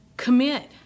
commit